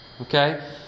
Okay